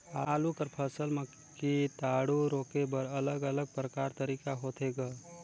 आलू कर फसल म कीटाणु रोके बर अलग अलग प्रकार तरीका होथे ग?